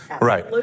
Right